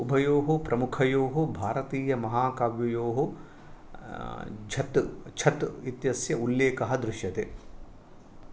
उभयोः प्रमुखयोः भारतीयमहाकाव्ययोः झथ् छथ् इत्यस्य उल्लेखः दृश्यते